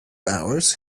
hours